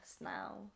now